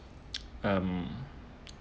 um